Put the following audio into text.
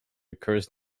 occurs